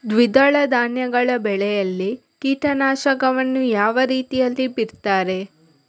ದ್ವಿದಳ ಧಾನ್ಯಗಳ ಬೆಳೆಯಲ್ಲಿ ಕೀಟನಾಶಕವನ್ನು ಯಾವ ರೀತಿಯಲ್ಲಿ ಬಿಡ್ತಾರೆ?